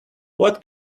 what